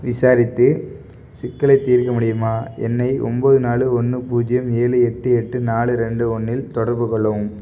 விசாரித்து சிக்கலைத் தீர்க்க முடியுமா என்னை ஒம்பது நாலு ஒன்று பூஜ்ஜியம் ஏழு எட்டு எட்டு நாலு ரெண்டு ஒன்றில் தொடர்புக்கொள்ளவும்